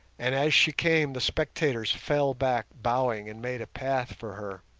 and as she came the spectators fell back bowing and made a path for her.